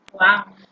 Wow